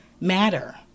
matter